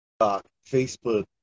Facebook